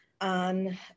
on